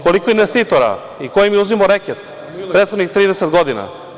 Koliko investitora i ko im je uzimao rekete prethodnih 30 godina?